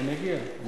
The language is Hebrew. אני אגיע.